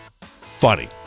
funny